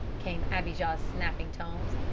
came abijah's snapping tones.